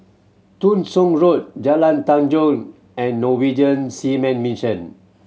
Thong Soon Road Jalan Tanjong and Norwegian Seamen Mission